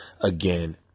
Again